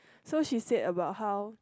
so she said about how